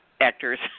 actors